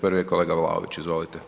Prvi je kolega Vlaović, izvolite.